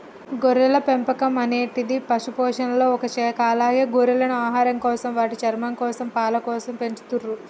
గొర్రెల పెంపకం అనేటిది పశుపోషణలొ ఒక శాఖ అలాగే గొర్రెలను ఆహారంకోసం, వాటి చర్మంకోసం, పాలకోసం పెంచతుర్రు